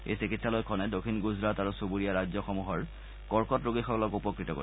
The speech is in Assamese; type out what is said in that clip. এই চিকিৎসালয়খনে দক্ষিণ গুজৰাট আৰু চুবুৰীয়া ৰাজ্যসমূহৰ কৰ্কট ৰোগীসকলক উপকৃত কৰিব